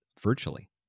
virtually